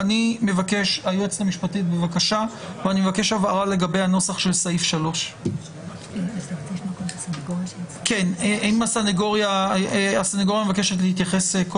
אני מבקש הבהרה לגבי הנוסח של סעיף 3. הסנגוריה מבקשת להתייחס.